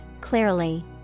clearly